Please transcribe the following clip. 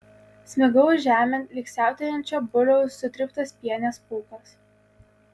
smigau žemėn lyg siautėjančio buliaus sutryptas pienės pūkas